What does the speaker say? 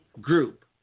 group